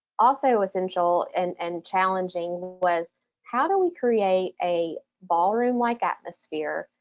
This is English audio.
also essential and and challenging was how do we create a ballroom like atmosphere,